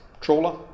trawler